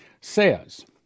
says